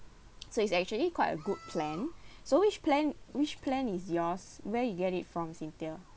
so it's actually quite a good plan so which plan which plan is yours where you get it from cynthia